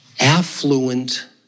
affluent